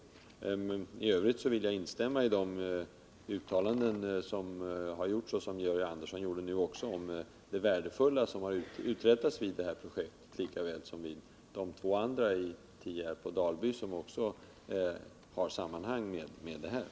I övrigt vill jag instämma i de uttalanden som gjorts och som också Georg Andersson nu gjorde, om det värdefulla i det som uträttats i detta projekt lika väl som i de två andra projekt i Tierp och Dalby som har samband härmed.